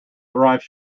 arrives